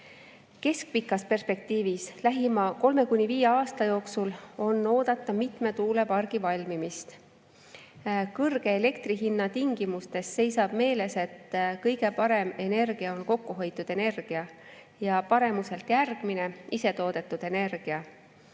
tasumist. Keskpikas perspektiivis, lähima kolme kuni viie aasta jooksul on oodata mitme tuulepargi valmimist. Kõrge elektri hinna tingimustes seisab meeles, et kõige parem energia on kokkuhoitud energia ja paremuselt järgmine isetoodetud energia.